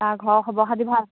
তাৰ ঘৰৰ খবৰ খাতি ভাল